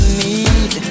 need